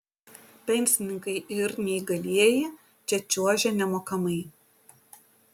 pensininkai ir neįgalieji čia čiuožia nemokamai